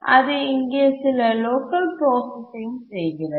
அது இங்கே சில லோக்கல் ப்ராசசிங் செய்கிறது